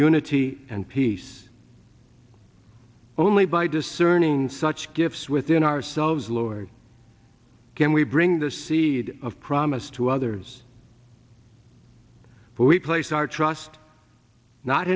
unity and peace only by discerning such gifts within ourselves laurie can we bring the seed of promise to others but we place our trust not